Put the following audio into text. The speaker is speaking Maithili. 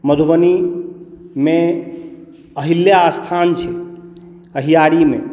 मधुबनीमे अहिल्या स्थान छै अहियारीमे